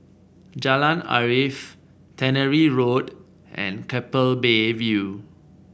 Jalan Arif Tannery Road and Keppel Bay View